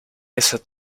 eso